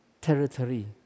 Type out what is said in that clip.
territory